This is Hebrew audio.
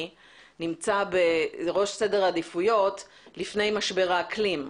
נמצא בראש סדר העדיפויות לפני משבר האקלים.